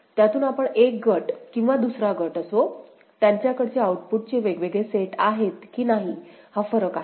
त्यातून आपण एक गट किंवा दुसरा गट असो त्यांच्याकडे आउटपुटचे वेगवेगळे सेट आहेत की नाही हा फरक आहे